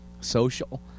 social